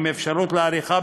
עם אפשרות להאריכה,